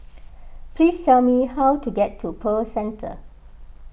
please tell me how to get to Pearl Centre